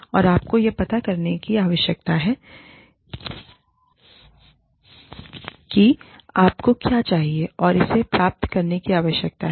और आपको यह पता लगाने की आवश्यकता है कि आपको क्या चाहिए और इसे प्राप्त करने की आवश्यकता है